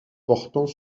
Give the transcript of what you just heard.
portant